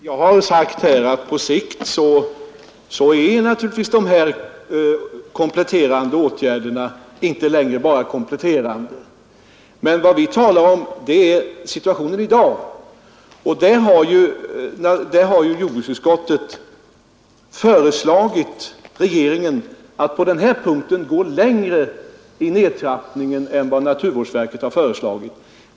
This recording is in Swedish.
Fru talman! På sikt är naturligtvis dessa kompletterande åtgärder inte bara kompletterande. Men vad vi talar om är situationen i dag. Jordbruksutskottet har också föreslagit regeringen att på den här punkten gå längre i nedtrappningen än vad naturvårdsverket har föreslagit.